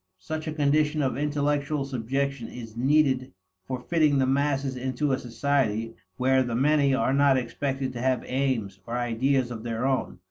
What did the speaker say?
such a condition of intellectual subjection is needed for fitting the masses into a society where the many are not expected to have aims or ideas of their own,